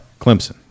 Clemson